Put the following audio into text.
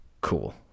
Cool